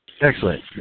Excellent